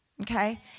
okay